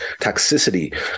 toxicity